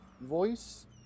voice